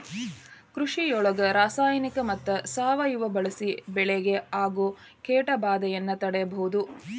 ಕೃಷಿಯೊಳಗ ರಾಸಾಯನಿಕ ಮತ್ತ ಸಾವಯವ ಬಳಿಸಿ ಬೆಳಿಗೆ ಆಗೋ ಕೇಟಭಾದೆಯನ್ನ ತಡೇಬೋದು